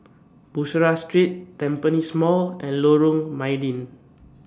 Bussorah Street Tampines Mall and Lorong Mydin